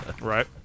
Right